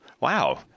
wow